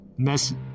mess